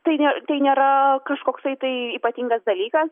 tai ne tai nėra kažkoksai tai ypatingas dalykas